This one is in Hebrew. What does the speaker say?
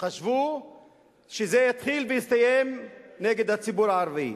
חשבו שזה יתחיל ויסתיים נגד הציבור הערבי.